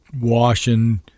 washing